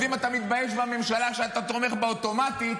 אז אם אתה מתבייש בממשלה שאתה תומך בה אוטומטית,